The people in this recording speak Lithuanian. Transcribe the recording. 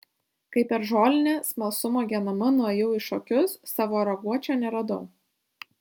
kai per žolinę smalsumo genama nuėjau į šokius savo raguočio neradau